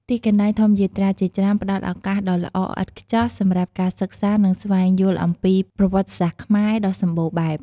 ទីកន្លែងធម្មយាត្រាជាច្រើនផ្តល់ឱកាសដ៏ល្អឥតខ្ចោះសម្រាប់ការសិក្សា និងស្វែងយល់អំពី ប្រវត្តិសាស្ត្រខ្មែរ ដ៏សម្បូរបែប។